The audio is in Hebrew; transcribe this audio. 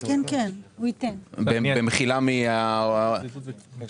במחילה מהאב המייסד.